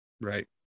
Right